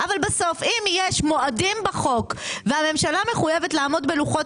אבל בסוף אם יש מועדים בחוק והממשלה מחויבת לעמוד בלוחות